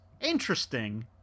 interesting